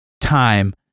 time